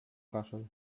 kaszel